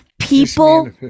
people